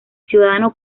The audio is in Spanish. ciudadano